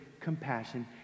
compassion